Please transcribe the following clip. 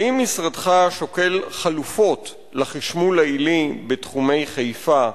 האם משרדך שוקל חלופות לחשמול העילי בתחומי חיפה,